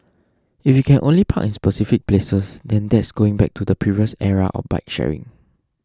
if you can only park in specific places then that's going back to the previous era of bike sharing